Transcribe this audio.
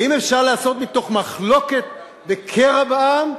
האם אפשר לעשות מתוך מחלוקת וקרע בעם,